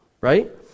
Right